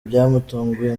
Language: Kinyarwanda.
byamutunguye